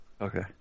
Okay